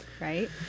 right